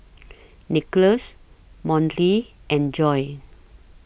Nicholas Monty and Joi